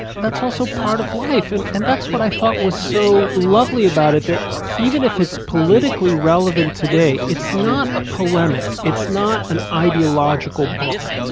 that's also part of life. and and that's what i thought was so lovely about it. that even if it's politically relevant today, it's not a polemic. it's not an ideological book.